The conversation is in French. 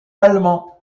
allemands